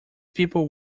people